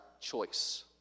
choice